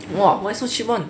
!wah! why so cheap [one]